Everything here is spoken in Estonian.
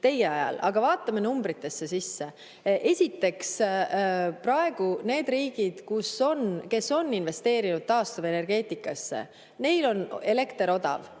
teie ajal. Aga vaatame numbritesse sisse. Esiteks, praegu nendel riikidel, kes on investeerinud taastuvenergeetikasse, on elekter odav